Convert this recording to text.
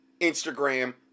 Instagram